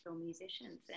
musicians